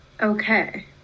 Okay